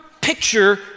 picture